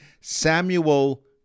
Samuel